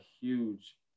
huge